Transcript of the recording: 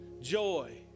joy